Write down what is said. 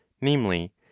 Namely